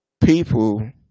people